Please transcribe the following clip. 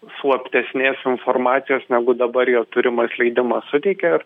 slaptesnės informacijos negu dabar jo turimas leidimas suteikia